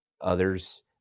Others